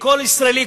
כל ישראלי,